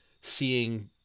seeing